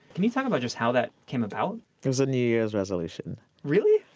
can you talk about just how that came about? it was a new year's resolution really?